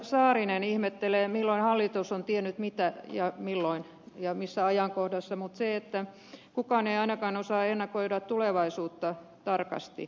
saarinen ihmettelee milloin minä ajankohtana hallitus on tiennyt ja mitä mutta kukaan ei ainakaan osaa ennakoida tulevaisuutta tarkasti